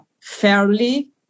fairly